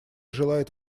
желает